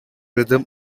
rhythm